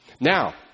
Now